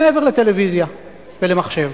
מעבר לטלוויזיה ולמחשב.